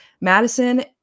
Madison